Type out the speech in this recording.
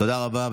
תודה רבה.